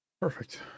Perfect